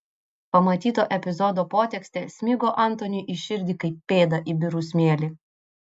pamatyto epizodo potekstė smigo antoniui į širdį kaip pėda į birų smėlį